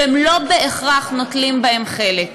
שהם לא בהכרח נוטלים בהן חלק,